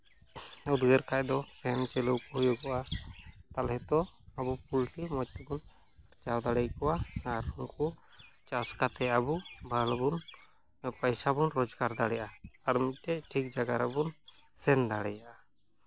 ᱩᱫᱽᱜᱟᱹᱨ ᱠᱷᱟᱡ ᱫᱚ ᱯᱷᱮᱱ ᱪᱟᱹᱞᱩ ᱟᱠᱚ ᱦᱩᱭᱩᱜᱚᱜᱼᱟ ᱛᱟᱦᱚᱞᱮ ᱛᱚ ᱟᱵᱚ ᱯᱳᱞᱴᱤ ᱢᱚᱡᱽ ᱛᱮᱵᱚᱱ ᱵᱟᱧᱪᱟᱣ ᱫᱟᱲᱮᱭ ᱠᱚᱣᱟ ᱟᱨ ᱩᱱᱠᱩ ᱪᱟᱥ ᱠᱟᱛᱮᱫ ᱟᱹᱵᱩ ᱵᱷᱟᱞᱮ ᱵᱚᱱ ᱯᱚᱭᱥᱟ ᱵᱚᱱ ᱨᱳᱡᱽᱜᱟᱨ ᱫᱟᱲᱮᱭᱟᱜᱼᱟ ᱟᱨ ᱢᱤᱫᱴᱮᱡ ᱴᱷᱤᱠ ᱡᱟᱭᱜᱟ ᱨᱮᱵᱚᱱ ᱥᱮᱱ ᱫᱟᱲᱮᱭᱟᱜᱼᱟ